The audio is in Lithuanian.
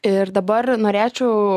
ir dabar norėčiau